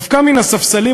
דווקא מן הספסלים,